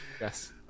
Yes